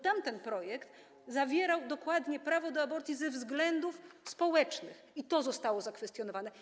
Tamten projekt zawierał dokładnie prawo do aborcji ze względów społecznych i to zostało zakwestionowane.